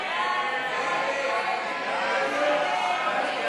ההסתייגויות לסעיף